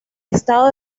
estado